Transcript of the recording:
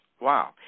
wow